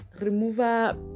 remover